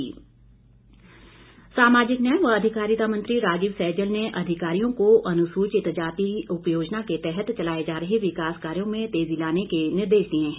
राजीव सैजल सामाजिक न्याय व अधिकारिता मंत्री राजीव सैजल ने अधिकारियों को अनुसूचित जाति उप योजना के तहत चलाए जा रहे विकास कार्यों में तेजी लाने के निर्देश दिए हैं